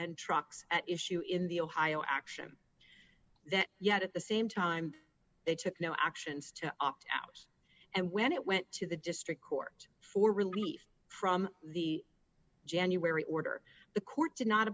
and trucks at issue in the ohio action that yet at the same time they took no actions to opt out and when it went to the district court for relief from the january order the court did not